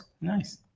Nice